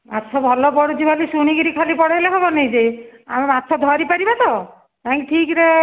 ମାଛ ଭଲ ପଡ଼ୁଛି ବୋଲି ଶୁଣିକିରି ଖାଲି ପଳେଇଲେ ହେବନି ଯେ ଆମେ ମାଛ ଧରିପାରିବା ତ ଯାଇକି ଠିକ୍ରେ